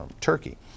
Turkey